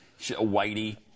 Whitey